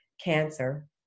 cancer